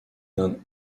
d’un